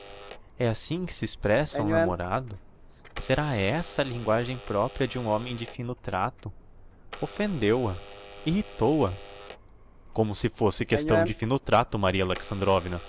é assim que se expressa um namorado será essa a linguagem propria de um homem de fino trato offendeu a irritou a como se fosse questão de fino trato maria